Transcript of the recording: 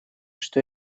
что